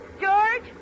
George